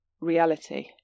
reality